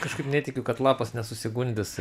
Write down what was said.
kažkaip netikiu kad lapas nesusigundys